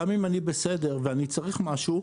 ואני צריך משהו,